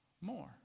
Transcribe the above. more